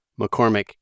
McCormick